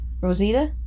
Rosita